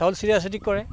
চাউল চিটিয়া চিটি কৰে